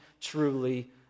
truly